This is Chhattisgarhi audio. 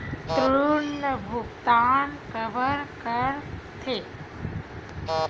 ऋण भुक्तान काबर कर थे?